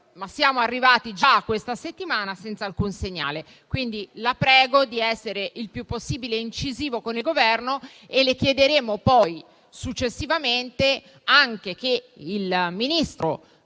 siamo arrivati già a questa settimana senza alcun segnale. La prego, Presidente, di essere il più possibile incisivo con il Governo. Le chiederemo successivamente anche che il Ministro